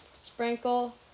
Sprinkle